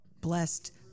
blessed